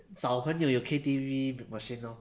找朋友有 K_T_V machine lor